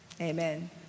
Amen